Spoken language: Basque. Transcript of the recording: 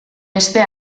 beste